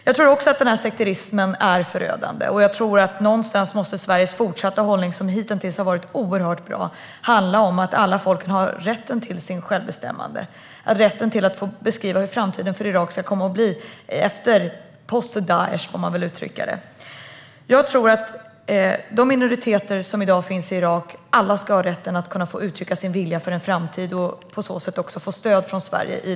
Jag tror också att sekterismen är förödande, och jag tror att någonstans måste Sveriges fortsatta hållning, som hitintills varit oerhört bra, handla om att alla folk har rätt till självbestämmande, rätt att få beskriva hur framtiden för Irak ska bli post-Daish. De minoriteter som i dag finns i Irak ska ha rätt att få uttrycka en vilja för framtiden och få stöd från Sverige.